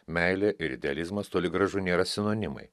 meilė ir idealizmas toli gražu nėra sinonimai